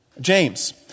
James